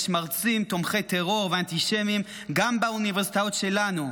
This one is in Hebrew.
יש מרצים תומכי טרור ואנטישמים גם באוניברסיטאות שלנו,